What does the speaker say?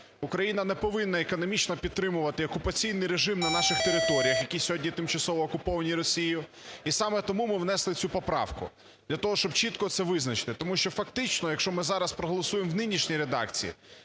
Україна не повинна економічно підтримувати окупаційний режим на наших територіях, які сьогодні тимчасово окуповані Росією. І саме тому ми внести цю поправку, для того, щоб чітко це визначити. Тому що фактично, якщо ми зараз проголосуємо в нинішній редакції,